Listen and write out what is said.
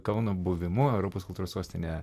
kauno buvimu europos kultūros sostine